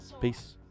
Peace